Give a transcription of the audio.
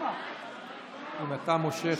אתה מושך,